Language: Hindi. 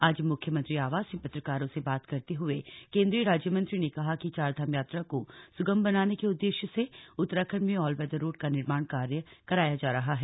आज मुख्यमंत्री आवास में पत्रकारों से बात करते हुए केन्द्रीय राज्यमंत्री ने कहा कि चारधाम यात्रा को सुगम बनाने के उद्देश्य से उत्तराखंड में ऑलवेदर रोड का निर्माण कराया जा रहा है